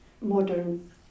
modern